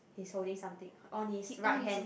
his holding something on his right hand